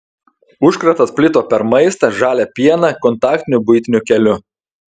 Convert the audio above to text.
užkratas plito per maistą žalią pieną kontaktiniu buitiniu keliu